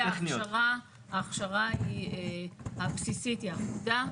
ההכשרה הבסיסית היא אחודה,